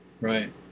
Right